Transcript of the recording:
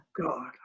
god